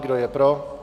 Kdo je pro?